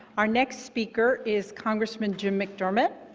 our next speaker is congressman jim mcdermott.